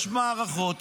יש מערכות,